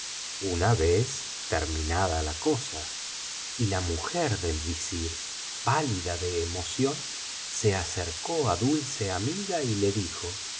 una vez terminada la cosa y la mujer del visir pálida de emoción se acercó á dulce amiga y le dijo